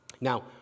Now